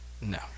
No